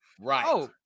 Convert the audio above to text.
Right